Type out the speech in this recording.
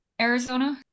Arizona